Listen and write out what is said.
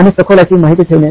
आणि सखोल अशी माहिती ठेवणे